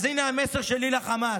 אז הינה המסר שלי לחמאס: